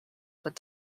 but